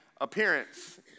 appearance